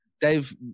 Dave